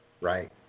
right